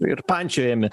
ir pančiojami